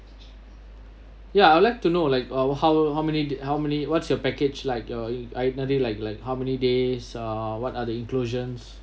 ya I would like to know like our how how many how many what's your package like your itinerary like like how many days uh what are the inclusions